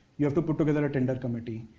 you have to put together a tender committee.